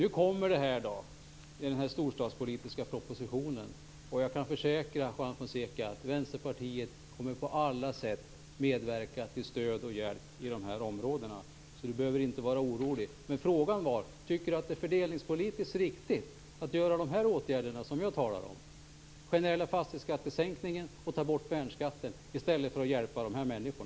Det kommer nu en storstadspolitisk proposition, och jag kan försäkra Juan Fonseca att Vänsterpartiet på alla sätt tänker medverka till stöd och hjälp i dessa områden, så han behöver inte vara orolig. Men frågan var: Tycker Juan Fonseca att det är fördelningspolitiskt riktigt att vidta de åtgärder som jag talade om, dvs. den generella fastighetsskattesänkningen och borttagandet av värnskatten, i stället för att hjälpa dessa människor?